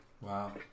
wow